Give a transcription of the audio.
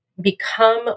become